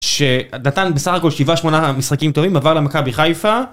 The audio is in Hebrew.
שנתן בסך הכל שבעה שמונה משחקים טובים, עבר למכבי חיפה